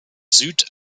süd